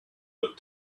book